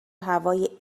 هوای